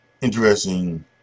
interesting